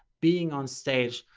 being onstage,